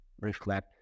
reflect